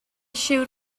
siŵr